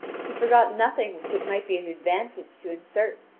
she forgot nothing which it might be an advantage to insert.